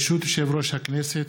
ברשות יושב-ראש הכנסת,